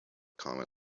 comet